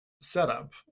setup